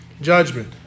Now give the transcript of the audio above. judgment